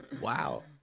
Wow